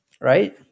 right